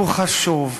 הוא חשוב,